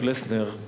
פלסנר.